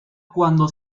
cuándo